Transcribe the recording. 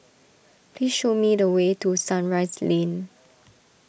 please show me the way to Sunrise Lane